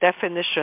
definition